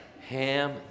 Ham